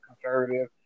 conservative